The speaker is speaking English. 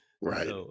Right